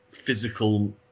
Physical